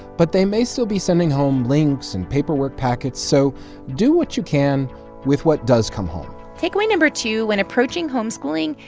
but they may still be sending home links and paperwork packets, so do what you can with what does come home takeaway number two, when approaching homeschooling,